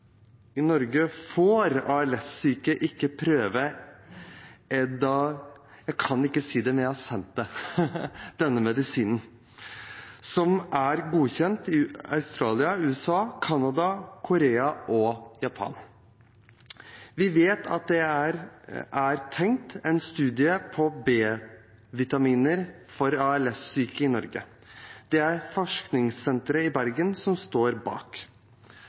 som er godkjent i Australia, USA, Canada, Korea og Japan. Vi vet at det er tenkt en studie på B-vitaminer for ALS-syke i Norge. Det er forskningssenteret i Bergen som står bak.